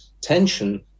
tension